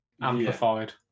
amplified